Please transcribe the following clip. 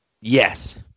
Yes